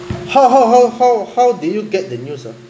how how how how how did you get the news ah